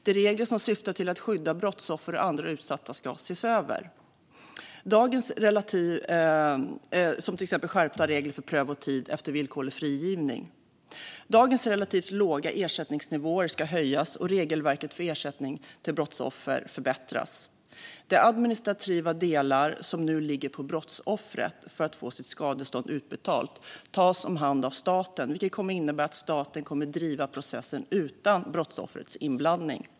De regler som syftar till att skydda brottsoffer och andra utsatta ska ses över, till exempel skärpta regler för prövotid efter villkorlig frigivning. Dagens relativt låga ersättningsnivåer ska höjas och regelverket för ersättning till brottsoffer förbättras. De administrativa delar som nu ligger på brottsoffret för att denne ska få sitt skadestånd utbetalt tas om hand av staten, vilket innebär att staten kommer att driva processen utan brottsoffrets inblandning.